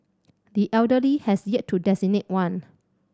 the elder Lee has yet to designate one